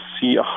see